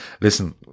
Listen